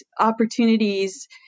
opportunities